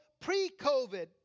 pre-COVID